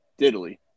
diddly